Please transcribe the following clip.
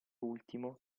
ultimo